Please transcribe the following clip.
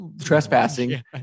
trespassing